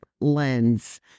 lens